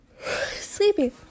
sleepy